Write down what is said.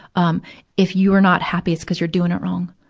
um if you are not happy, it's because you're doing it wrong,